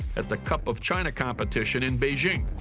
at the cup of china competition in beijing.